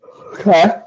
Okay